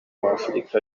w’afurika